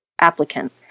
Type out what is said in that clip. applicant